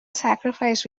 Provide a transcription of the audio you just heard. sacrifice